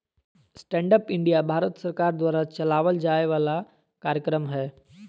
stand up India Bharat सरकार द्वारा चलावल जाय वाला कार्यक्रम हय